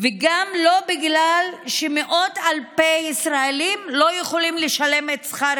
וגם לא בגלל שמאות אלפי ישראלים לא יכולים לשלם את שכר